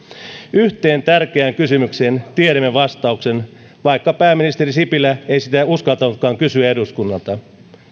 yhteen tärkeään kysymykseen tiedämme vastauksen vaikka pääministeri sipilä ei sitä uskaltanutkaan kysyä eduskunnalta